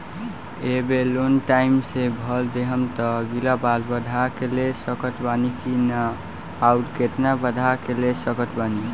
ए बेर loan time से भर देहम त अगिला बार बढ़ा के ले सकत बानी की न आउर केतना बढ़ा के ले सकत बानी?